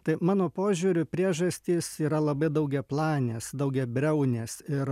tai mano požiūriu priežastys yra labai daugiaplanės daugiabriaunės ir